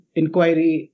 inquiry